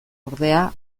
ordea